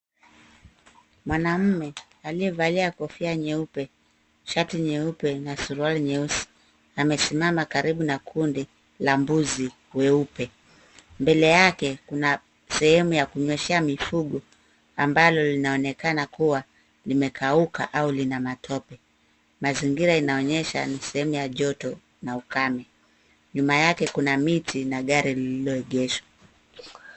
Mwanaume aliyevalia kofia nyeupe, shati nyeupe na suruali nyeusi, amesimama karibu na kundi la mbuzi weupe. Mbele yake kuna sehemu ya kunyweshea mifugo ambalo linaonekana kuwa limekauka au lina matope. Mazingira inaonyesha ni sehemu ya joto na ukame. Nyuma yake kuna miti na gari lililoegeshwa.